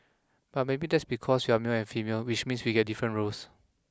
but maybe that's because we're male and female which means we get different roles